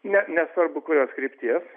ne nesvarbu kurios krypties